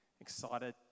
excited